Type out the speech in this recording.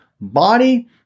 body